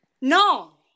no